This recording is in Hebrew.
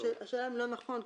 השאלה אם לא נכון,